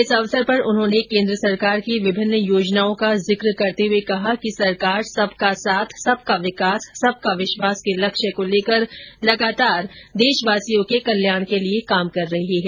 इस अवसर पर उन्होंने केन्द्र सरकार की विभिन्न योजनओं का जिक करते हुए कहा कि सरकार सबका साथ सबका विकास सबका विश्वास के लक्ष्य को लेकर लगातार देशवासियों के कल्याण के लिए काम कर रही है